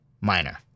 minor